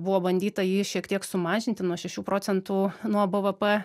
buvo bandyta jį šiek tiek sumažinti nuo šešių procentų nuo bvp